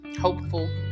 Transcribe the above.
hopeful